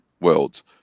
worlds